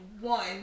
One